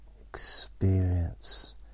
experience